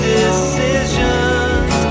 decisions